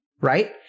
Right